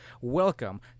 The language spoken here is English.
Welcome